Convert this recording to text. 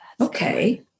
okay